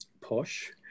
posh